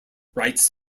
writes